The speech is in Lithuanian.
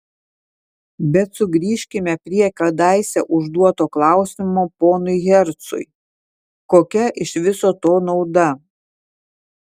bet sugrįžkime prie kadaise užduoto klausimo ponui hercui kokia iš viso to nauda